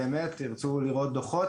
ירצו לראות דוחות,